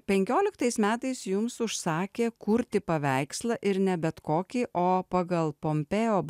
penkioliktais metais jums užsakė kurti paveikslą ir ne bet kokį o pagal pompėjo